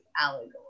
allegory